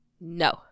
No